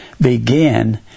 begin